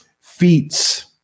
feats